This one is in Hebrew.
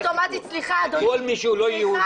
כל מי שהוא לא יהודי.